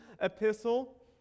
epistle